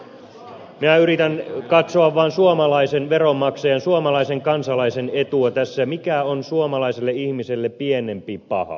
minä yritän katsoa vaan suomalaisen veronmaksajan suomalaisen kansalaisen etua tässä mikä on suomalaiselle ihmiselle pienempi paha